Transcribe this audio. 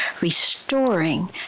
restoring